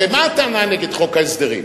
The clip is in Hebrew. הרי מה הטענה נגד חוק ההסדרים?